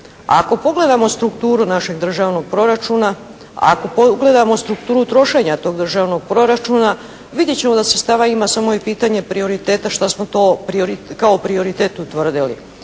Ako pogledamo strukturu našeg državnog proračuna, ako pogledamo strukturu trošenja tog državnog proračuna, vidjet ćemo da sredstava ima. Samo je pitanje prioriteta što smo to kao prioritet utvrdili.